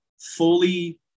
fully